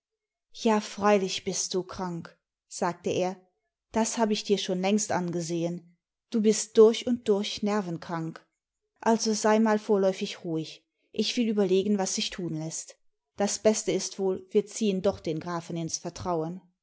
ja freilich bist du krank sagte er das hab ich dir schon längst angesehen du bist durch und durch nervenkrank also sei mal vorläufig ruhig ich will überlegen was sich tun läßt das beste ist wohl wir ziehen doch den grafen ins vertrauen